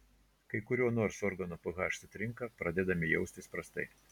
kai kurio nors organo ph sutrinka pradedame jaustis prastai